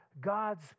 God's